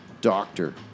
Doctor